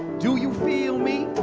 do you feel me?